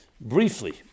Briefly